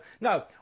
No